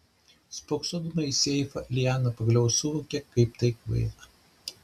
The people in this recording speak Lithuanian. spoksodama į seifą liana pagaliau suvokė kaip tai kvaila